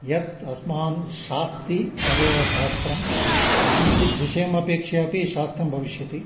यत् अस्मान् शास्ति तदेव शास्त्रं किञ्चिद्विषयमपेक्षया अपि शास्त्रं भविष्यति